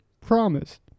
promised